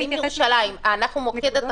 ירושלים היא מוקד התחלואה.